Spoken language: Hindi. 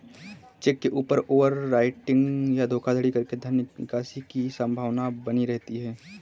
चेक के ऊपर ओवर राइटिंग या धोखाधड़ी करके धन निकासी की संभावना बनी रहती है